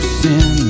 sin